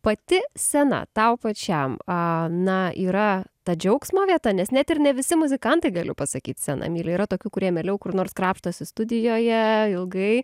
pati scena tau pačiam a na yra ta džiaugsmo vieta nes net ir ne visi muzikantai galiu pasakyt sceną myli yra tokių kurie mieliau kur nors krapštosi studijoje ilgai